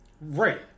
Right